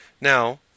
Now